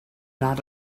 not